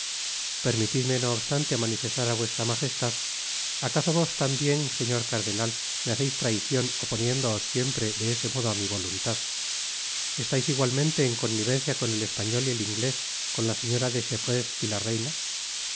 permitidme no obstante manifestar á vuestra majestad acaso vos tambien señor cardenal me haceis traicion oponiéndoos siempre de ese modo á mi voluntad estais igualmente en connivencia con el español y el inglés con la señora de chevreuse y la reina